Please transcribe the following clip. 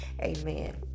Amen